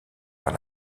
par